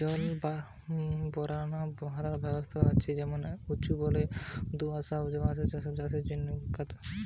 জল বারানার ভালা ব্যবস্থা আছে এমন উঁচু বেলে দো আঁশ আদা চাষের জিনে উপযোগী